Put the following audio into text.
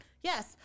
Yes